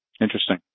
interesting